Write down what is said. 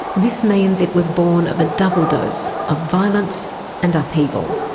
this means it was born of a double dose of violence and upheaval.